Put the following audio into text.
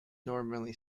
normally